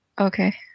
Okay